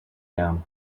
down